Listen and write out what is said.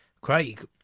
Craig